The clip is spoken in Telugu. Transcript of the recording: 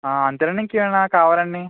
అంతేనా ఇంకేమైనా కావాలా అండి